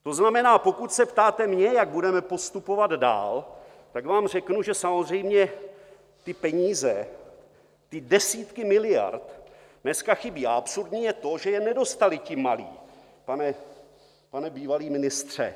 To znamená, pokud se ptáte mě, jak budeme postupovat dál, tak vám řeknu, že samozřejmě ty peníze, ty desítky miliard dneska chybí, a absurdní je to, že je nedostali ti malí, pane bývalý ministře.